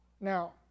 Now